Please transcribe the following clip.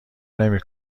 نمی